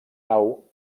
nau